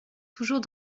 toujours